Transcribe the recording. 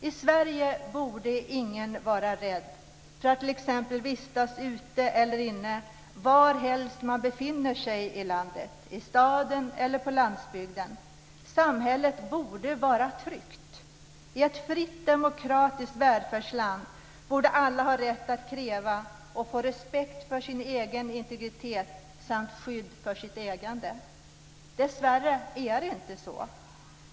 I Sverige borde ingen vara rädd för att t.ex. vistas ute eller inne varhelst man befinner sig i landet - i staden eller på landsbygden. Samhället borde vara tryggt. I ett fritt demokratiskt välfärdsland borde alla ha rätt att kräva och få respekt för sin egen integritet samt skydd för sitt ägande. Dessvärre är det inte så.